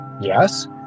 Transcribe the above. Yes